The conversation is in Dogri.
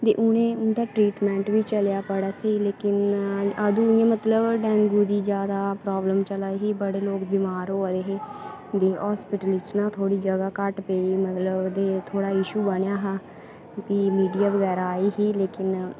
ते उ'नें उं'दा ट्रीटमैंट बी चलेआ बड़ा लेकिन अदूं इ'यां मतलब डैंगू दी ज्यादा प्राबलम चला दी ही बड़े लोग बमार होआ दे हे ते हास्पिटलें च ना थोह्ड़ी जगह घट्ट पेई गेई मतलब के थोह्ड़ा ईशू हा फ्ही मीडिया बगैरा आई ही लेकिन